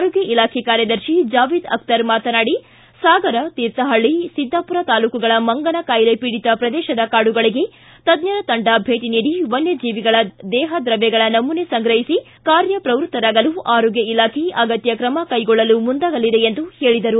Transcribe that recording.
ಆರೋಗ್ಯ ಇಲಾಖೆ ಕಾರ್ಯದರ್ತಿ ಜಾವೇದ್ ಅಕ್ತರ್ ಮಾತನಾಡಿ ಸಾಗರ ತೀರ್ಥಪಳ್ಳಿ ಸಿದ್ದಾಪುರ ತಾಲ್ಡೂಕುಗಳ ಮಂಗನಕಾಯಿಲೆ ಪೀಡಿತ ಪ್ರದೇಶದ ಕಾಡುಗಳಿಗೆ ತಜ್ಜರ ತಂಡ ಭೇಟಿ ನೀಡಿ ವಸ್ಥಜೀವಿಗಳ ದೇಹ ದ್ರವ್ಯಗಳ ನಮೂನೆ ಸಂಗ್ರಹಿಸಿ ಕಾರ್ಯಪ್ರವೃತ್ತರಾಗಲು ಆರೋಗ್ಯ ಇಲಾಖೆ ಅಗತ್ಯ ಕ್ರಮ ಕೈಗೊಳ್ಳಲು ಮುಂದಾಗಲಿದೆ ಎಂದು ಹೇಳಿದರು